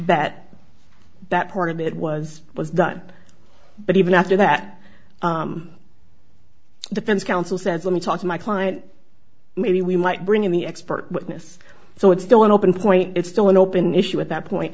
that that part of it was was done but even after that defense counsel says let me talk to my client maybe we might bring in the expert witness so it's still an open point it's still an open issue at that point